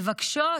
מבקשות